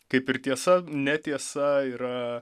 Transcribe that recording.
kaip ir tiesa netiesa yra